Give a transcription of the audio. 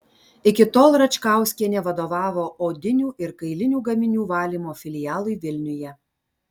iki tol račkauskienė vadovavo odinių ir kailinių gaminių valymo filialui vilniuje